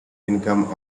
income